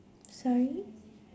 sorry